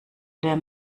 der